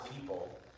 people